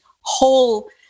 whole